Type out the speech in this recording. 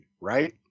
right